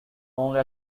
only